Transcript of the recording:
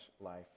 life